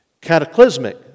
cataclysmic